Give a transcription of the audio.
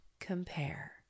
Compare